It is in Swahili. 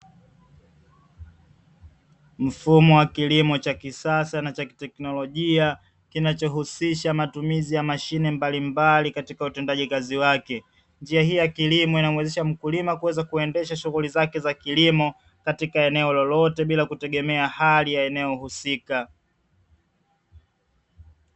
Mfumo wa kilimo cha kisasa na cha kiteknolojia, kinachohusisha matumizi ya mashine mbalimbali katika utendaji kazi wake. Njia hii ya kilimo inamuwezesha mkulima kuweza kuendesha shughuli zake za kilimo, katika eneo lolote bila kutegemea hali ya eneo husika.